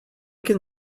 can